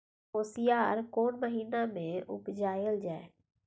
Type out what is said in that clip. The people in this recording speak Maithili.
कोसयार कोन महिना मे उपजायल जाय?